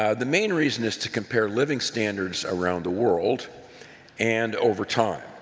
um the main reason is to compare living standards around the world and over time.